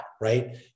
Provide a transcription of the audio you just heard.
right